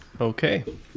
Okay